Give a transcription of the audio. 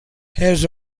has